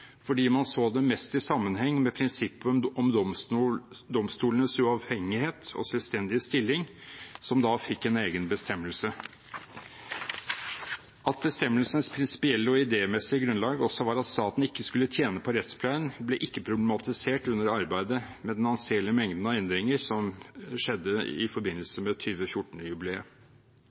fordi man så den mest i sammenheng med prinsippet om domstolenes uavhengighet og selvstendige stilling, som da fikk en egen bestemmelse. At bestemmelsens prinsipielle og idémessige grunnlag også var at staten ikke skulle tjene på rettspleien, ble ikke problematisert under arbeidet med den anselige mengden av endringer som skjedde i forbindelse med